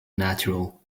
natural